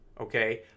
Okay